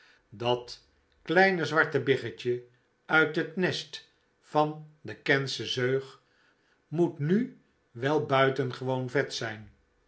dat kleine zwarte biggetje uit het nest van de kentsche zeug moet nu wel buitengewoon vet zijn